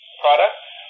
products